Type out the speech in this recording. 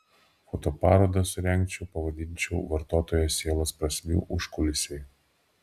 fotoparodą surengčiau pavadinčiau vartotojo sielos prasmių užkulisiai